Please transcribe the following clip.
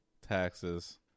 taxes